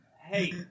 hey